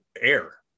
air